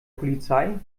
polizei